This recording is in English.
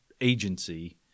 agency